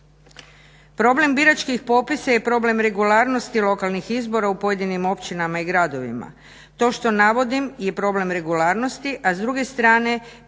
Problem biračkih popisa je problem regularnosti lokalnih izbora u pojedinim općinama i gradovima. To što navodim je problem regularnosti a s druge strane pitanje